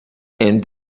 end